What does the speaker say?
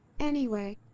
anyway.